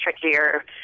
trickier